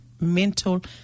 mental